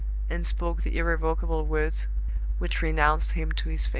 and spoke the irrevocable words which renounced him to his face.